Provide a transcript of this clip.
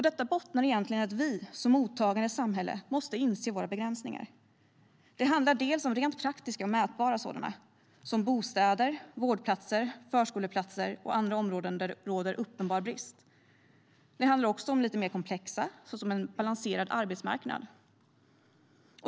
Det bottnar i att vi som mottagande samhälle måste inse våra begränsningar. Det handlar om rent praktiska och mätbara begränsningar såsom bostäder, vårdplatser, förskoleplatser och andra områden där det råder uppenbar brist. Det handlar också om mer komplexa, såsom en balanserad arbetsmarknad.